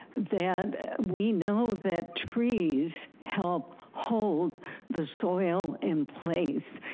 that we know that trees help hold the soil in place,